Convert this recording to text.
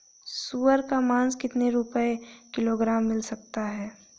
सुअर का मांस कितनी रुपय किलोग्राम मिल सकता है?